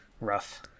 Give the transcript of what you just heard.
rough